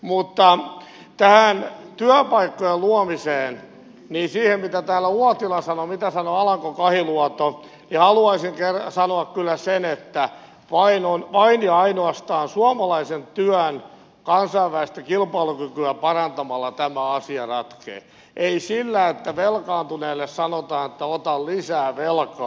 mutta tähän työpaikkojen luomiseen siihen mitä täällä uotila sanoi mitä sanoi alanko kahiluoto haluaisin sanoa kyllä sen että vain ja ainoastaan suomalaisen työn kansainvälistä kilpailukykyä parantamalla tämä asiaa ratkeaa ei sillä että velkaantuneelle sanotaan että ota lisää velkaa